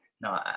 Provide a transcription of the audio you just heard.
No